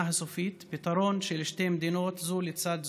הסופית: פתרון של שתי מדינות זו לצד זו,